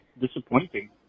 disappointing